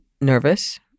nervous